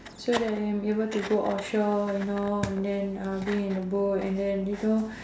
so that they be able to go offshore you know and then be in the boat and then you know